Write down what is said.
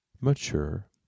mature